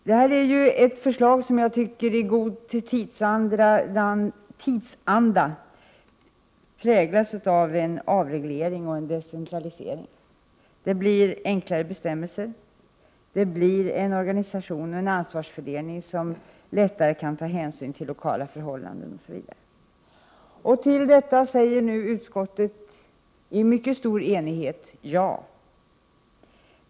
Jag tycker att förslaget i god tidsanda präglas av avreglering och decentralisering. Det bli enklare bestämmelser, och det blir en organisation 13 med en ansvarsfördelning som gör att man lättare kan ta hänsyn till lokala förhållanden osv. Till detta säger nu utskottet i mycket stor enighet ja.